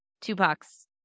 tupac's